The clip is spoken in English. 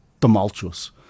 tumultuous